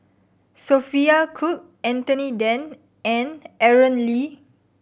Sophia Cooke Anthony Then and Aaron Lee